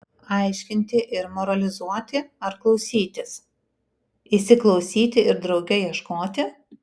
aiškinti ir moralizuoti ar klausytis įsiklausyti ir drauge ieškoti